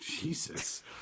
Jesus